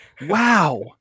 wow